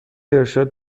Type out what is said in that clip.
ارشاد